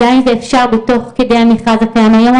גם אם זה אפשר תוך כדי המכרז הקיים היום.